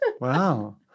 Wow